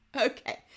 Okay